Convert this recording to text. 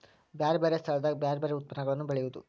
ಬ್ಯಾರೆ ಬ್ಯಾರೆ ಸ್ಥಳದಾಗ ಬ್ಯಾರೆ ಬ್ಯಾರೆ ಯತ್ಪನ್ನಗಳನ್ನ ಬೆಳೆಯುದು